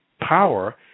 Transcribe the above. power